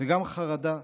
וגם חרדה,